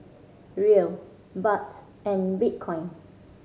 Riel Baht and Bitcoin